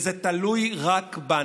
שזה תלוי רק בנו.